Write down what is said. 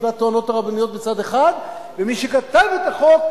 והטוענות הרבניות מצד אחד ומי שכתב את החוק,